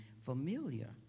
familiar